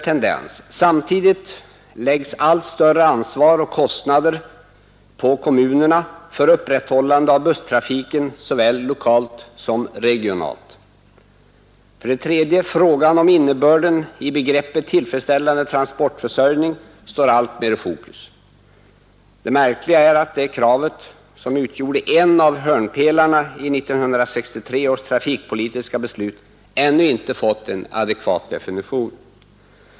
Samtidigt läggs allt större ansvar och kostnader på kommunerna för upprätthållande av busstrafiken såväl lokalt som regionalt. Vidare står frågan om innebörden i begreppet ”tillfredsställande transportförsörjning” alltmer i fokus. Det märkliga är att det kravet, som utgjorde en av hörnpelarna i 1963 års trafikpolitiska beslut, ännu inte fått en adekvat definition.